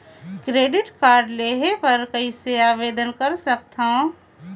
Credit card लेहे बर कइसे आवेदन कर सकथव?